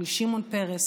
מול שמעון פרס,